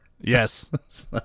Yes